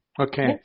Okay